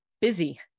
busy